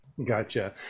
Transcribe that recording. Gotcha